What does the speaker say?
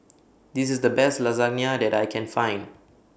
This IS The Best Lasagne that I Can Find